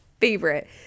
favorite